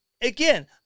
again